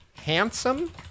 Handsome